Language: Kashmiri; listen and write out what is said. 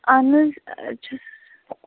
آہَن حظ چھِ